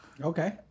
Okay